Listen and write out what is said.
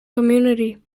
community